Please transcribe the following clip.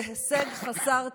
זה הישג חסר תקדים.